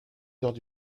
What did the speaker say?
heures